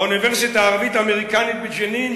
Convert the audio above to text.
באוניברסיטה הערבית האמריקנית בג'נין,